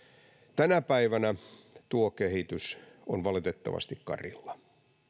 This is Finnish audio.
tänä päivänä tuo kehitys on valitettavasti karilla